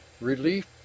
Relief